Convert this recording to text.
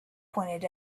pointed